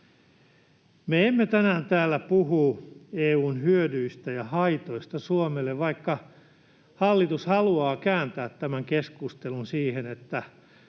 Me emme tänään täällä puhu EU:n hyödyistä ja haitoista Suomelle, vaikka hallitus haluaa kääntää tämän keskustelun siihen, että